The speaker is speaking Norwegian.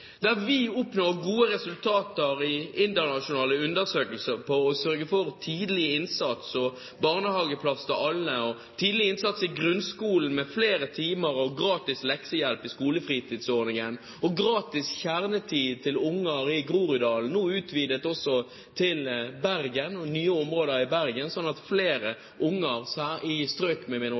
Der vi oppnår gode resultater i internasjonale undersøkelser ved å sørge for tidlig innsats og barnehageplass til alle, tidlig innsats i grunnskolen, med flere timer og gratis leksehjelp i skolefritidsordningen og gratis kjernetid til unger i Groruddalen, nå også utvidet til Bergen og nye områder i Bergen, slik at flere unger i strøk med